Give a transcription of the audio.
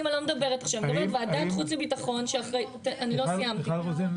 אלא על ועדת חוץ וביטחון --- מיכל רוזין,